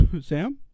Sam